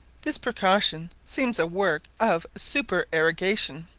this precaution seems a work of supererogation,